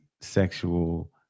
sexual